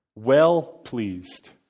Well-pleased